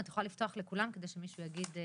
את יכולה לפתוח לכולם כדי שמישהו יגיד,